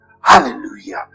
Hallelujah